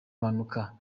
mpanuka